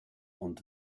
und